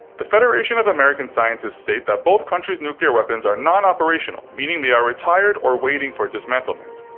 the federation of american scientists states that both countries' nuclear weapons are non-operational, meaning they are retired or waiting for dismantlement.